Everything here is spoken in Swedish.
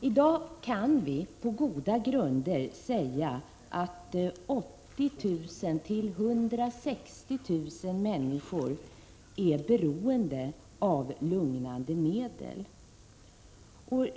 I dag kan vi på goda grunder säga att 80 000-160 000 människor är beroende av lugnande medel.